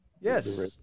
Yes